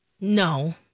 No